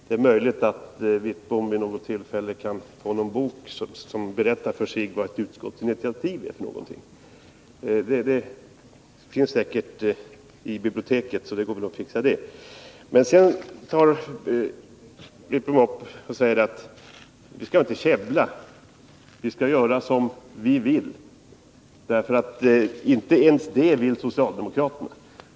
Fru talman! Bengt Wittbom kan säkert i biblioteket komma över någon bok som gör klart för honom vad ett utskottsinitiativ är för någonting. Bengt Wittbom säger att vi inte skall käbbla utan komma överens, men inte ens i det här fallet kunde socialdemokraterna göra det.